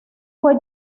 fue